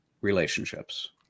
relationships